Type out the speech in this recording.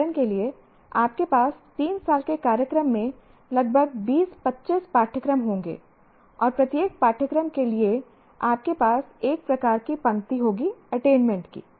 उदाहरण के लिए आपके पास 3 साल के कार्यक्रम में लगभग 20 25 पाठ्यक्रम होंगे और प्रत्येक पाठ्यक्रम के लिए आपके पास एक प्रकार की पंक्ति होगी अटेनमेंट कि